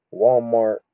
Walmart